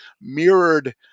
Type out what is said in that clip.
mirrored